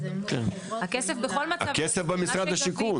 בשלו, הכסף במשרד השיכון.